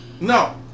No